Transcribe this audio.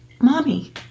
Mommy